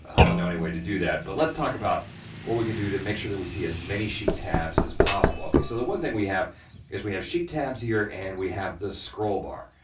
don't know any way to do that, but let's talk about what we can do to make sure that we see as many sheet tabs as possible. ok, so the one thing we have is, we have sheet tabs here, and we have the scroll bar,